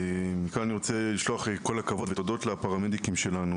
מכאן אני רוצה לשלוח כל הכבוד ותודות לפרמדיקים שלנו,